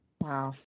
Wow